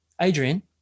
Adrian